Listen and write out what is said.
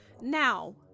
Now